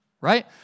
Right